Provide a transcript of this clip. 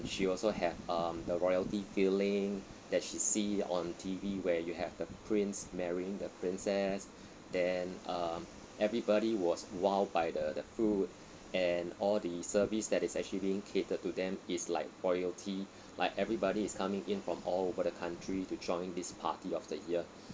she also have um the royalty feeling that she see on T_V where you have the prince marrying the princess then um everybody was wowed by the the food and all the service that is actually being catered to them is like royalty like everybody is coming in from all over the country to join this party of the year